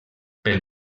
pel